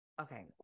Okay